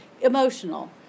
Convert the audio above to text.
emotional